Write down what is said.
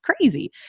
crazy